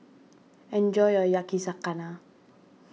enjoy your Yakizakana